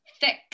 thick